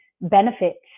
benefits